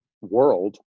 world